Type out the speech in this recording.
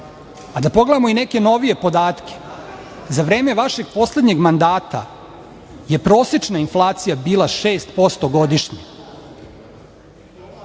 pogledamo i neke novije podatke. Za vreme vašeg poslednjeg mandata je prosečna inflacija bila 6% godišnje,